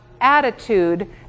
attitude